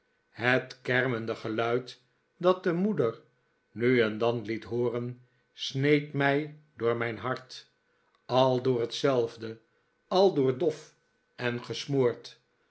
het kermende geluid dat de moeder nu en dan liet hooren sneed mij door mijn hart aldoor hetzelfde aldoor dof en gesmoord